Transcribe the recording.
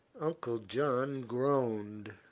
uncle john groaned.